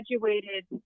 graduated